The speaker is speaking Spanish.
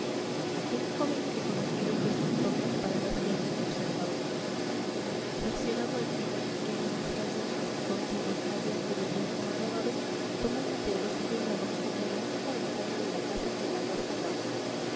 llegó el joven y reconocidos los contornos para ver si alguien le observaba cerciorado al fin de que en las callejas contiguas no había curiosos ni rondadores tomó una piedrecilla y la arrojó contra la única ventana de la casa que a la huerta daba